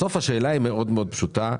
בסוף השאלה מאוד פשוטה,